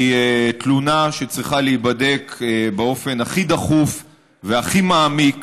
היא תלונה שצריכה להיבדק באופן הכי דחוף והכי מעמיק.